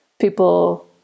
people